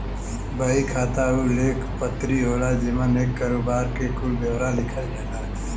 बही खाता उ लेख पत्री होला जेमन एक करोबार के कुल ब्योरा लिखल होला